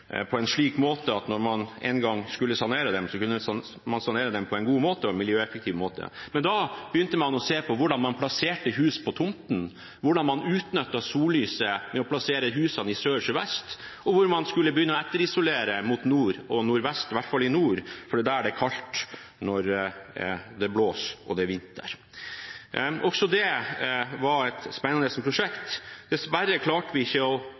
på en slik måte at når man en gang skulle sanere dem, kunne man sanere dem på en god og miljøeffektiv måte. Men da begynte man å se på hvordan man plasserte hus på tomtene, hvordan man utnyttet sollyset ved å plassere husene mot sør, sørvest, og man skulle begynne å etterisolere mot nord og nordvest – i hvert fall i nord – for det er der det er kaldt når det blåser og det er vinter. Også det var et spennende prosjekt. Dessverre klarte vi ikke